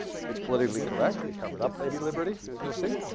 it's politically correct. we covered up lady liberty as you'll see.